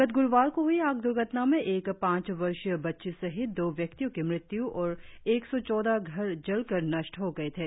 गत ग्रुवार को हुई आग द्र्घटना में एक पांच वर्षीय बच्ची सहित दो व्यक्तियो की मृत्य् और एक सौ चौदह घर जलकर नष्ट हो गए थे